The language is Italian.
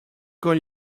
con